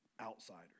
outsiders